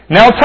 Now